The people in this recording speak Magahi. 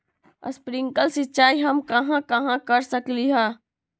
स्प्रिंकल सिंचाई हम कहाँ कहाँ कर सकली ह?